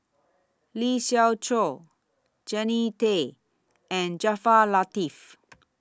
Lee Siew Choh Jannie Tay and Jaafar Latiff